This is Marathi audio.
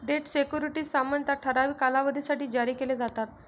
डेट सिक्युरिटीज सामान्यतः ठराविक कालावधीसाठी जारी केले जातात